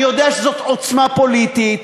אני יודע שזאת עוצמה פוליטית,